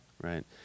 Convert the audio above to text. Right